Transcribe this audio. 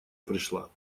пришла